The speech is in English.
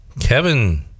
Kevin